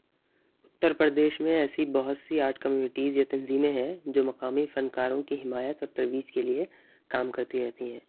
اترپردیش میں ایسی بہت سی آرٹ کمیونٹیز یا تنظیمیں ہیں جو مقامی فنکاروں کی حمایت اور ترویج کے لیے کام کرتی رہتی ہیں